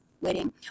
wedding